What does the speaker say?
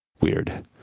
weird